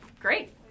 great